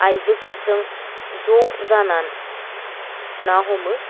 आयजोफोरजों ज' जानानै ना हमो